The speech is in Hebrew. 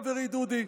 חברי דודי,